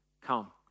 come